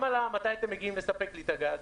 גם על מתי אתם מגיעים לספק לי את הגז,